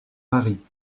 paris